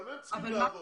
גם הם צריכים לעבוד,